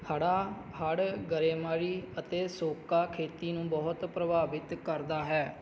ਹੜ੍ਹਾਂ ਹੜ੍ਹ ਗੜੇ ਮਾਰੀ ਅਤੇ ਸੋਕਾ ਖੇਤੀ ਨੂੰ ਬਹੁਤ ਪ੍ਰਭਾਵਿਤ ਕਰਦਾ ਹੈ